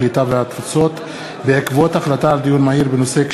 הקליטה והתפוצות בעקבות דיון מהיר בהצעת חבר הכנסת נחמן שי בנושא: